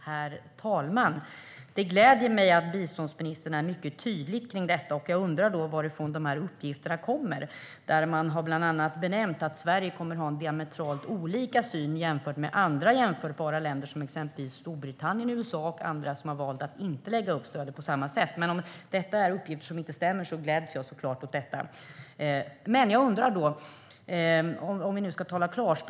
Herr talman! Det gläder mig att biståndsministern är mycket tydlig om detta. Jag undrar då varifrån uppgifterna kommer. Man har bland annat nämnt att Sverige kommer att ha en diametralt olik syn jämfört med andra jämförbara länder, exempelvis Storbritannien, USA och andra som har valt att inte lägga upp stödet på samma sätt. Men om dessa uppgifter inte stämmer gläds jag såklart åt det. Om vi ska tala klarspråk har jag ändå en undran.